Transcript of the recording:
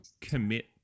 commit